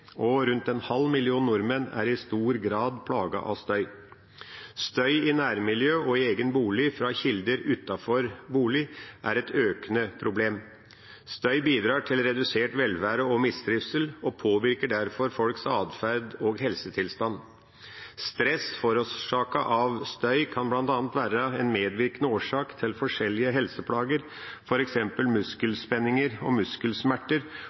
og rundt en halv million nordmenn er i stor grad plaget av støy. Støy i nærmiljø og i egen bolig fra kilder utenfor bolig, er et økende problem. Støy bidrar til redusert velvære og mistrivsel, og påvirker derfor folks atferd og helsetilstand. Stress forårsaket av støy kan blant annet være en medvirkende årsak til forskjellige helseplager, for eksempel muskelspenninger og muskelsmerter,